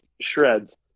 shreds